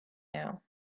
now